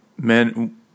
men